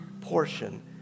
portion